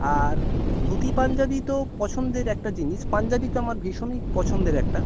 আর ধুতি পাঞ্জাবি তো পছন্দের একটা জিনিস পাঞ্জাবি তো আমার ভীষণই পছন্দের একটা